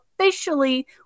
Officially